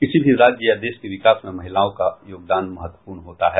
किसी भी राज्य या देश के विकास में महिलाओं का योगदान महत्वपूर्ण होता है